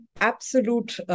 absolute